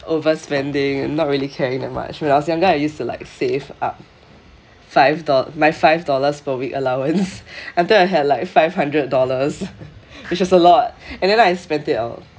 overspending not really caring that much when I was younger I used to like save up five do~ my five dollars per week allowance until I had like five hundred dollars which is a lot and then I spent it all